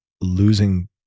losing